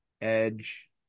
edge